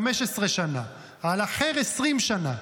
15 שנה, על אחרת, 20 שנה.